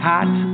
Hot